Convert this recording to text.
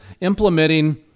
implementing